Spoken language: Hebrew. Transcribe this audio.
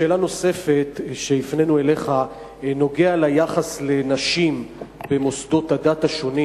שאלה נוספת שהפנינו אליך בנוגע ליחס לנשים במוסדות הדת השונים.